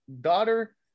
daughter